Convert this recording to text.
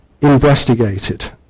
investigated